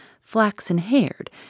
flaxen-haired